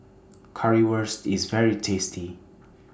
Currywurst IS very tasty